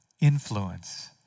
influence